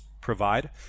provide